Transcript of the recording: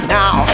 now